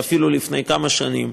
ואפילו לפני כמה שנים,